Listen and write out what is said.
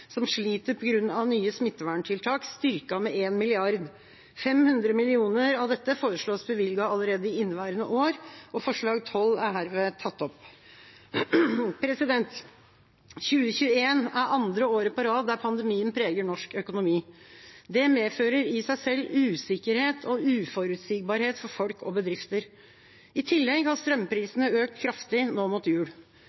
som sliter på grunn av nye smitteverntiltak, styrket med 1 mrd. kr. 500 mill. kr av dette foreslås bevilget allerede i inneværende år. Forslag nr. 12 er herved tatt opp. 2021 er andre år på rad der pandemien preger norsk økonomi. Det medfører i seg selv usikkerhet og uforutsigbarhet for folk og bedrifter. I tillegg har